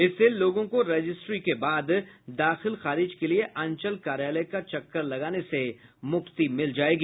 इससे लोगों को रजिस्ट्री के बाद दाखिल खारिज के लिए अंचल कार्यालय का चक्कर लगाने से मुक्ति मिल जायेगा